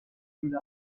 höhle